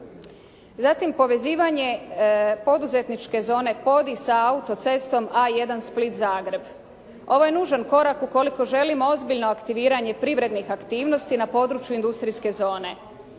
Zatim, povezivanje poduzetničke zone …/Govornik se ne razumije./… sa autocestom A1 Split-Zagreb. Ovo je nužan korak ukoliko želimo ozbiljno aktiviranje privrednih aktivnosti na području industrijske zone.